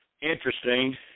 interesting